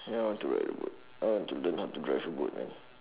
ya I want to ride a boat I want to learn how to drive a boat man